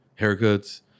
haircuts